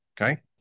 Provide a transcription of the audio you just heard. Okay